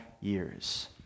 years